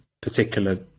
particular